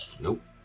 Nope